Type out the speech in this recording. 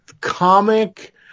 comic